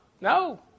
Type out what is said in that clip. No